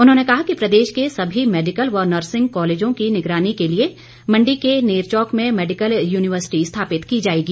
उन्होंने कहा कि प्रदेश के सभी मैडिकल व नर्सिंग कॉलेजों की निगरानी के लिए मण्डी के नेरचौक में मैडिकल यूनिवर्सिटी स्थापित की जाएगी